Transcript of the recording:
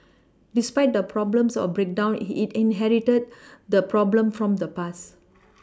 despite the problems of breakdowns he inherited the problem from the past